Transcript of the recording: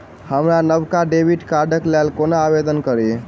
हम नवका डेबिट कार्डक लेल कोना आवेदन करी?